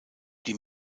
die